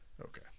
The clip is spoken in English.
Okay